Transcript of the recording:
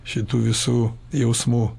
šitų visų jausmų